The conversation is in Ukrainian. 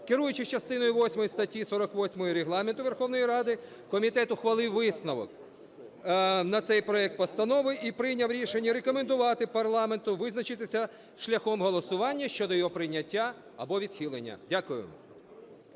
Керуючись частиною восьмою статті 48-ї Регламенту Верховної Ради комітет ухвалив висновок на цей проект постанови і прийняв рішення рекомендувати парламенту визначитися шляхом голосування щодо його прийняття або відхилення. Дякую.